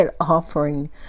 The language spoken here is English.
offering